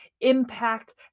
impact